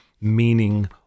meaning